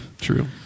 true